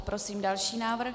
Prosím další návrh.